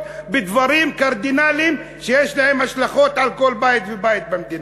בדברים קרדינליים שיש להם השלכות על כל בית ובית במדינה.